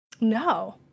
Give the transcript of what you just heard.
No